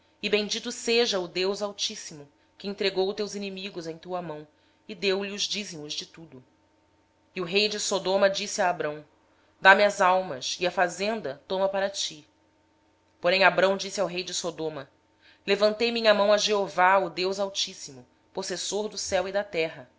e bendito seja o deus altíssimo que entregou os teus inimigos nas tuas mãos e abrão deu-lhe o dízimo de tudo então o rei de sodoma disse a abrão dá-me a mim as pessoas e os bens toma os para ti abrão porém respondeu ao rei de sodoma levanto minha mão ao senhor o deus altíssimo o criador dos céus e da terra